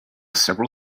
several